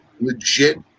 legit